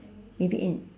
maybe in